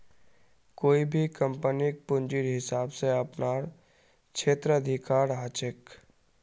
कोई भी कम्पनीक पूंजीर हिसाब स अपनार क्षेत्राधिकार ह छेक